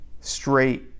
straight